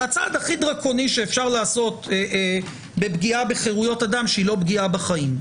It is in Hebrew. זה הצעד הכי דרקוני שאפשר לעשות בפגיעה בחירויות אדם שאינה פגיעה בחיים.